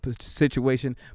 situation